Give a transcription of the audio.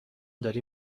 داری